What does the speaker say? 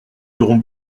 serons